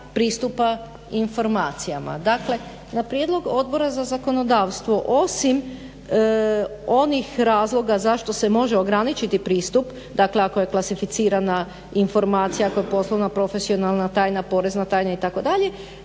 pristupa informacijama. Dakle, na prijedlog Odbora za zakonodavstvo osim onih razloga zašto se može ograničiti pristup, dakle ako je klasificirana informacija, ako je poslovna, profesionalna tajna, porezna tajna itd.,